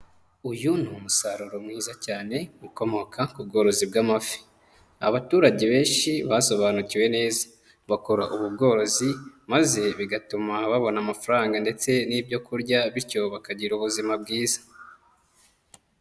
Uyu ni umusaruro mwiza cyane ukomoka ku bworozi bw'amafi. Abaturage benshi basobanukiwe neza, bakora ubu bworozi, maze bigatuma babona amafaranga ndetse n'ibyo kurya bityo bakagira ubuzima bwiza.